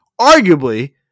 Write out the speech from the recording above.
arguably